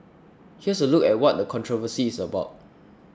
here's a look at what the controversy is about